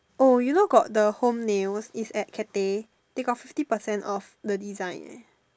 oh you know got the home nails it's at Cathay they got fifty percent off the design eh